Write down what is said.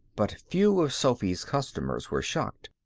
but few of sophy's customers were shocked.